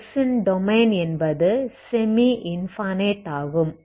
x ன் domain என்பது semi infinite ஆகும்